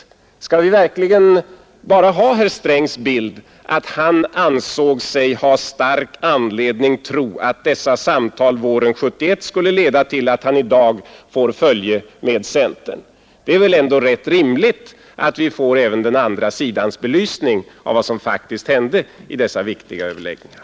Skall vi verkligen bara ha herr Strängs bild: att han ansåg sig ha stark anledning tro att dessa samtal våren 1971 skulle leda till att han i dag får följe med centern? Det är väl ändå rätt rimligt att vi får även den andra sidans belysning av vad som faktiskt hände i dessa viktiga överläggningar.